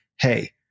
hey